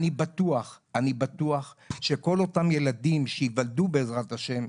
אני בטוח שכל אותם הילדים שיולדו בעזרת השם,